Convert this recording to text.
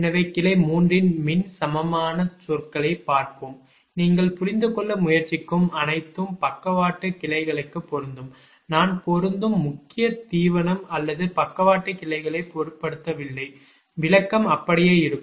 எனவே கிளை 3 ன் மின் சமமான சொற்களைப் பார்ப்போம் நீங்கள் புரிந்து கொள்ள முயற்சிக்கும் அனைத்தும் பக்கவாட்டு கிளைகளுக்குப் பொருந்தும் நான் பொருந்தும் முக்கிய தீவனம் அல்லது பக்கவாட்டு கிளைகளைப் பொருட்படுத்தவில்லை விளக்கம் அப்படியே இருக்கும்